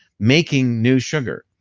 making new sugar,